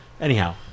Anyhow